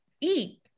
eat